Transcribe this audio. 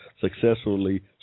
successfully